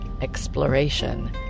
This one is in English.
exploration